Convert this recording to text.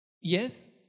Yes